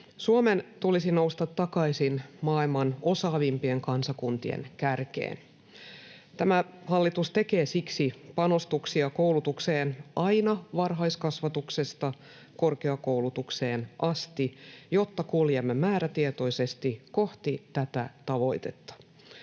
Suomen tulisi nousta takaisin maailman osaavimpien kansakuntien kärkeen. Tämä hallitus tekee siksi panostuksia koulutukseen aina varhaiskasvatuksesta korkeakoulutukseen asti, jotta kuljemme määrätietoisesti kohti tätä tavoitetta.